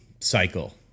cycle